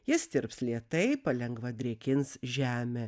jis tirps lėtai palengva drėkins žemę